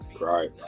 Right